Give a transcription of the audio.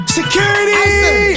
Security